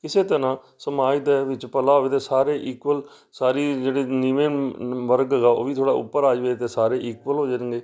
ਇਸੇ ਤਰ੍ਹਾਂ ਸਮਾਜ ਦੇ ਵਿੱਚ ਭਲਾ ਹੋਵੇ ਅਤੇ ਸਾਰੇ ਇਕੁਅਲ ਸਾਰੀ ਜਿਹੜੇ ਨੀਵੇਂ ਵਰਗ ਹੈਗਾ ਉਹ ਵੀ ਥੋੜ੍ਹਾ ਉੱਪਰ ਆ ਜਾਵੇ ਅਤੇ ਸਾਰੇ ਇਕੁਅਲ ਹੋ ਜਾਣਗੇ